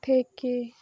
থেকে